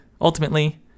ultimately